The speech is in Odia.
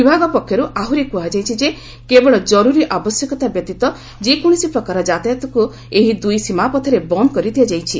ବିଭାଗ ପକ୍ଷରୁ ଆହୁରି କୁହାଯାଇଛି ଯେ କେବଳ କରୁରୀ ଆବଶ୍ୟକତା ବ୍ୟତୀତ ଯେକୌଣସି ପ୍ରକାର ଯାତାୟତକୁ ଏହି ଦୁଇ ସୀମାପଥରେ ବନ୍ଦ୍ କରିଦିଆଯାଇଛି